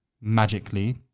magically